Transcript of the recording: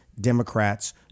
Democrats